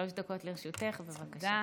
שלוש דקות לרשותך, בבקשה.